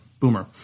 Boomer